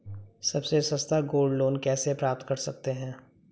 सबसे सस्ता gold loan कैसे प्राप्त कर सकते हैं?